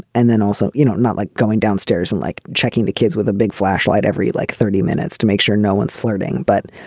and then also, you know, not like going downstairs and like checking the kids with a big flashlight every like thirty minutes to make sure no one's flirting. but,